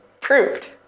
Proved